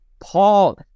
Paul